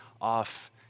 off